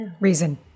reason